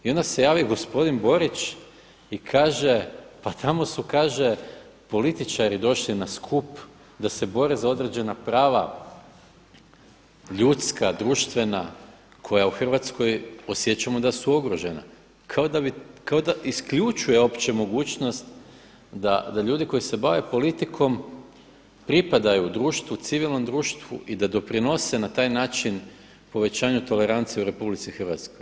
I onda se javi gospodin Borić i kaže pa tamo su kaže političari došli na skup da se bore za određena prava ljudska, društvena koja u Hrvatskoj osjećamo da su ugrožena, kao da isključuje uopće mogućnost da ljudi koji se bave politikom pripadaju društvu civilnom društvu i da doprinose na taj način povećanju tolerancije u RH.